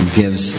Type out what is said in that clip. gives